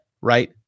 right